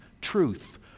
truth